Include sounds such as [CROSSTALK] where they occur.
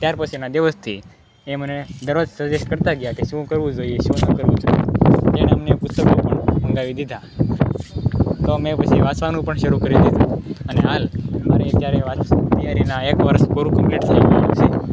ત્યાર પછીના દિવસથી એ મને દરરોજ સજેસ્ટ કરતા ગયા કે શું કરવું જોઈએ શું ન કરવું જોઈએ તેણે અમને પુસ્તકો પણ મંગાવી દીધા તો મેં પછી વાંચવાનું પણ શરૂ કરી દીધું અને હાલ મારે [UNINTELLIGIBLE] તૈયારીનાં એક વર્ષ પૂરું કંપ્લીટ થઇ ગયું છે